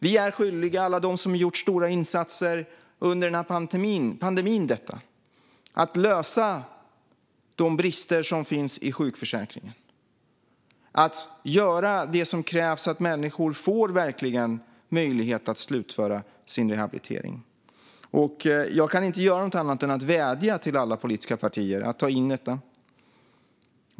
Vi är skyldiga alla dem som har gjort stora insatser under pandemin detta, det vill säga att lösa de brister som finns i sjukförsäkringen. Vi ska göra det som krävs så att människor verkligen får möjlighet att slutföra sin rehabilitering. Jag kan inte göra annat än att vädja till alla politiska partier att ta in detta.